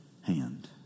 hand